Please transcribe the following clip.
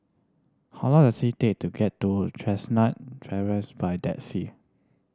how long does it take to get to Chestnut by taxi